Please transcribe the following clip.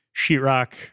sheetrock